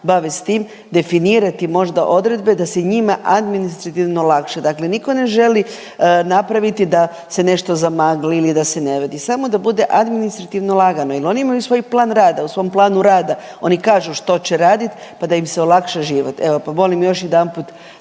bave s tim definirati možda odredbe da se njima administrativno olakša, dakle niko ne želi napraviti da se nešto zamagli ili da se ne vidi samo da bude administrativno lagano jer oni imaju svoj plan rada. U svom planu rada oni kažu što će radit, pa da im se olakša život. Evo pa molim još jedanput